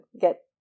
get